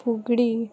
फुगडी